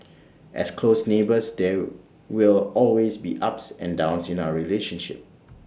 as close neighbours there will always be ups and downs in our relationship